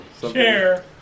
chair